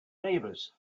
davis